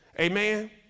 Amen